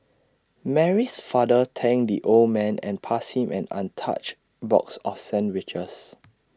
Mary's father thanked the old man and passed him an untouched box of sandwiches